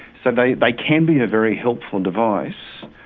so they like can be a very helpful device.